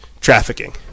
trafficking